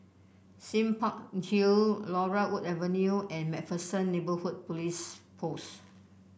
Sime Park Hill Laurel Wood Avenue and MacPherson Neighbourhood Police Post